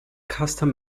custom